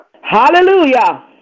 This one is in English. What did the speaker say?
Hallelujah